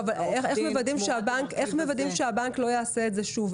איך מוודאים שהבנק לא יעשה את זה שוב?